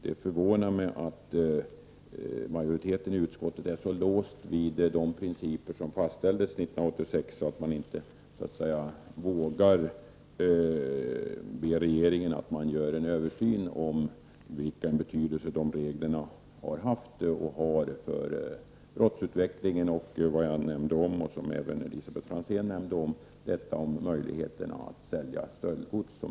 Det förvånar mig att majoriteten i utskottet är så låst vid de principer som fastställdes 1986 att man inte vågar be regeringen att det skall göras en översyn av vilken betydelse reglerna har haft och har för brottsutvecklingen. Jag nämnde tidigare — vilket Elisabet Franzén också gjorde — möjligheterna att sälja stöldgods.